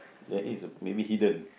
there is uh maybe hidden